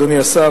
אדוני השר,